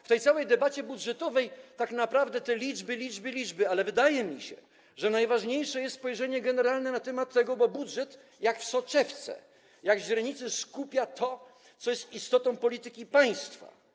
W tej całej debacie budżetowej tak naprawdę są te liczby, liczby, liczby, ale wydaje mi się, że najważniejsze jest generalne spojrzenie na ten temat, bo budżet jak w soczewce, jak w źrenicy skupia to, co jest istotą polityki państwa.